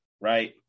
right